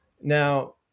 Now